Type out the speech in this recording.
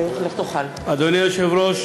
אדוני היושב-ראש,